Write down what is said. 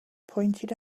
pointed